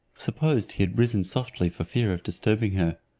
supposed he had risen softly for fear of disturbing her,